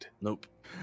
Nope